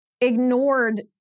ignored